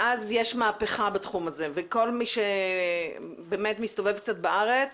מאז יש מהפכה בתחום הזה וכל מי שמסתובב קצת בארץ